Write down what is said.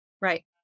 Right